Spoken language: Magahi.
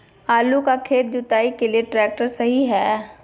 आलू का खेत जुताई के लिए ट्रैक्टर सही है?